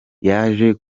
yaje